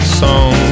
song